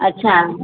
अच्छा